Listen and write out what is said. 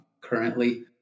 currently